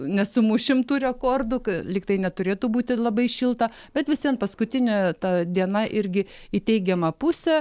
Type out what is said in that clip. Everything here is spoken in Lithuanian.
nesumušim tų rekordų lyg tai neturėtų būti labai šilta bet vis vien paskutinė ta diena irgi į teigiamą pusę